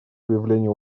выявлению